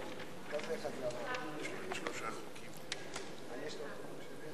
אימוץ או קבלת ילד כהורים מיועדים או כהורים במשפחת